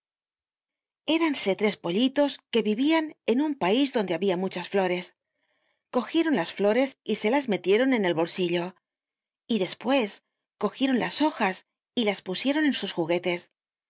eranse tres pollitos que vivían en un pais donde habia muchas flores cogieron las flores y se las metieron en el bolsillo y despues cogieron las hojas y las pusieron en sus juguetes